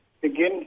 begin